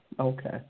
okay